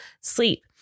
sleep